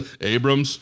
Abrams